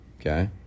okay